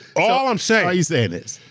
all i'm saying saying is.